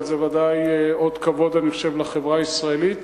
אבל בוודאי זה אות כבוד לחברה הישראלית,